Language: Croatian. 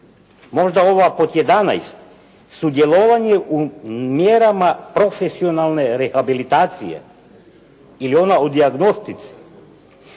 Možda ova pod 11. sudjelovanje u mjerama profesionalne rehabilitacije? Ili ona u dijagnostici?